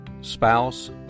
spouse